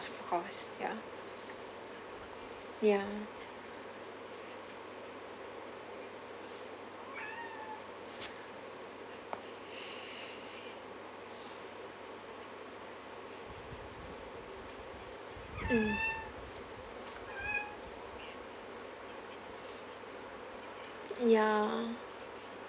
of course ya ya mm ya